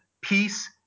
peace